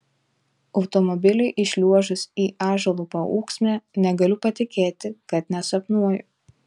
automobiliui įšliuožus į ąžuolų paūksmę negaliu patikėti kad nesapnuoju